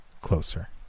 closer